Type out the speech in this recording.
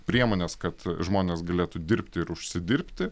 priemonės kad žmonės galėtų dirbti ir užsidirbti